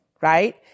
Right